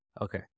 Okay